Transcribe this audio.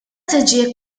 tiġi